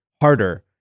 harder